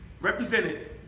represented